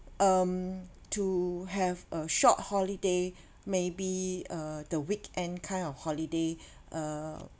um to have a short holiday maybe uh the weekend kind of holiday uh